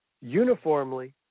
uniformly